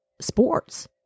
sports